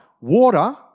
water